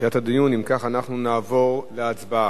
אם כך, אנחנו נעבור להצבעה.